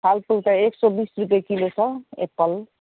फलफुल त एक सौ बिस रुपियाँ किलो छ एप्पल